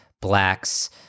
blacks